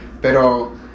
pero